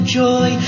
joy